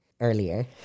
earlier